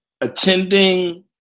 attending